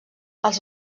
els